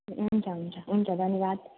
हुन्छ हुन्छ हुन्छ धन्यवाद